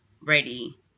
ready